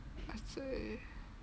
I see